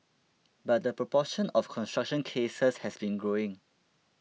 but the proportion of construction cases has been growing